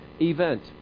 event